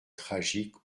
tragique